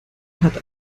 hat